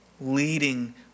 leading